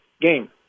game